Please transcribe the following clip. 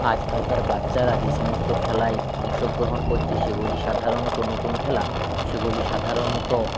আজকালকার বাচ্চারা যে সমস্ত খেলায় অংশগ্রহণ করছে সেগুলি সাধারণত নতুন খেলা সেগুলি সাধারণত